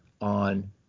on